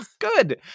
Good